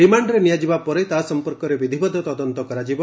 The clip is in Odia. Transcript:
ରିମାଣ୍ଡରେ ନିଆଯିବା ପରେ ତା' ସଂପର୍କରେ ବିଧିବଦ୍ଧ ତଦନ୍ତ କରାଯିବ